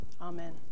amen